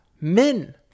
men